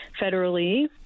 federally